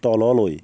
তললৈ